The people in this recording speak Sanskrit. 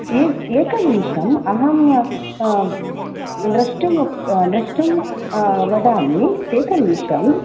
ए एकं निमिषम् अहं द्रष्टुं द्रष्टुं वदामि एकनिमिषम्